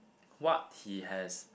what he has